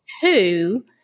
two